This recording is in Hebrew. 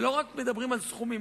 לא רק מדברים על סכומים,